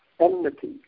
enmity